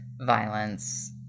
violence